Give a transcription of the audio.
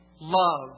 love